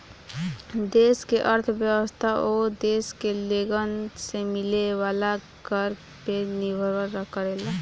देश के अर्थव्यवस्था ओ देश के लोगन से मिले वाला कर पे निर्भर करेला